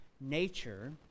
nature